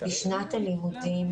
בשנת הלימודים